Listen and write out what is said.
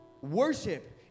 Worship